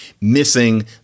missing